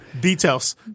Details